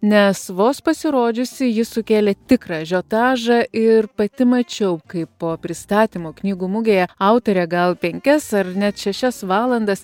nes vos pasirodžiusi ji sukėlė tikrą ažiotažą ir pati mačiau kaip po pristatymo knygų mugėje autorė gal penkias ar net šešias valandas